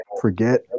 forget